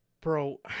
Bro